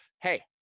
Hey